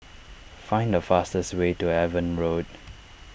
find the fastest way to Avon Road